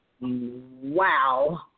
wow